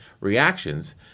reactions